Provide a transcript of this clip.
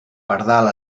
pardal